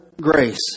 grace